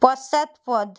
পশ্চাৎপদ